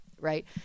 right